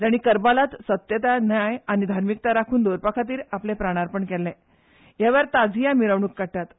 जांणी कबीलात सत्यता न्याय आनी धर्मीकता राखून दवरपा खातीर आपले प्राणार्पण केल्लें ह्या वेळार ताझीया मिरवणूक काडटात